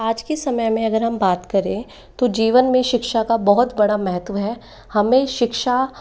आज के समय में अगर हम बात करें तो जीवन में शिक्षा का बहुत बड़ा महत्व है हमें शिक्षा